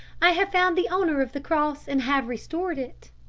i have found the owner of the cross and have restored it.